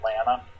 Atlanta